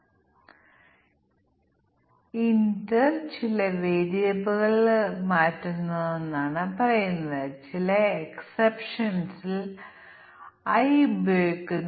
നിക്ഷേപം ഒരു ലക്ഷത്തിൽ കൂടുതലാണെങ്കിൽ പലിശ നിരക്ക് 7 ശതമാനം 8 ശതമാനം 9 ശതമാനം ഇത് 1 വർഷത്തിൽ കുറവാണോ 1 മുതൽ 3 വർഷം വരെ അല്ലെങ്കിൽ 3 വർഷവും അതിനുമുകളിലും ആണോ എന്നതിനെ ആശ്രയിച്ചിരിക്കും